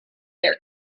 their